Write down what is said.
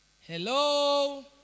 Hello